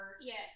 Yes